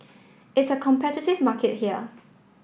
it's a competitive market here